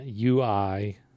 UI